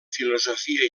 filosofia